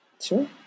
Sure